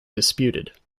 disputed